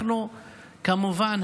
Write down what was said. כמובן,